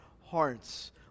hearts